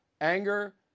Anger